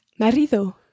marido